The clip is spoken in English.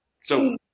So-